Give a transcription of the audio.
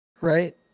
right